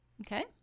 Okay